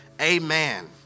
amen